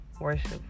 worship